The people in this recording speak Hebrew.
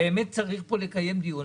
באמת צריך פה לקיים דיון,